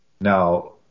Now